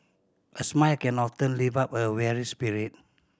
a smile can often lift up a weary spirit